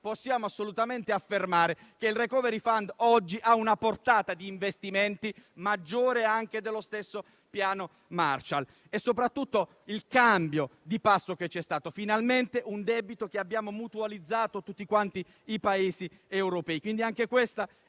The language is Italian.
possiamo assolutamente affermare che il *recovery fund* oggi ha una portata di investimenti maggiore anche dello stesso Piano Marshall. Soprattutto, c'è stato un cambio di passo: finalmente un debito che hanno mutualizzato tutti i Paesi europei;